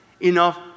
enough